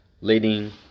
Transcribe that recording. leading